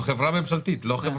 אם זה לא עלה, כנראה שלא.